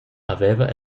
haveva